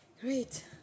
Great